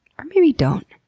or maybe don't.